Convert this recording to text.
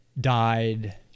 died